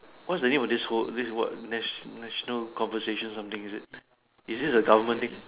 what's the name of this whole this what national national conversation something is it is this a government thing